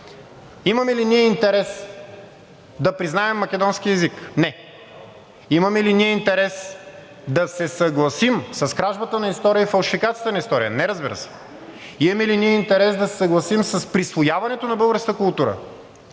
Имаме ли ние интерес да признаем македонския език? Не. Имаме ли ние интерес да се съгласим с кражбата на история и фалшификацията на история? Не, разбира се. Имаме ли ние интерес да се съгласим с присвояването на българската култура?